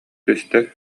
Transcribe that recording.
түстэ